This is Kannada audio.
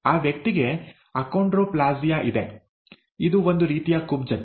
ಆ ವ್ಯಕ್ತಿಗೆ ಅಕೋಂಡ್ರೊಪ್ಲಾಸಿಯಾ ಇದೆ ಇದು ಒಂದು ರೀತಿಯ ಕುಬ್ಜತೆ